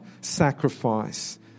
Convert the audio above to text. Sacrifice